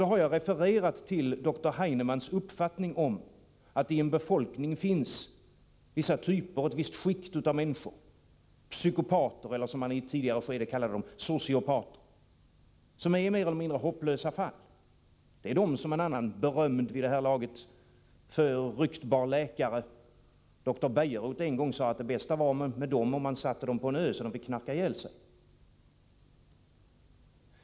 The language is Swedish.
Jag har refererat till doktor Heinemanns uppfattning att det i befolkningen finns vissa typer, ett visst skikt av människor — psykopater eller, som han i ett tidigare skede kallade dem, sociopater — som är mer eller mindre hopplösa fall. Det är om dem som en annan berömd och vid det här laget ryktbar läkare, doktor Bejerot, sade att det bästa vore om man satte dem på en ö, så att de fick knarka ihjäl sig.